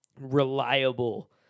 reliable